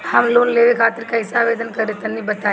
हम लोन लेवे खातिर कइसे आवेदन करी तनि बताईं?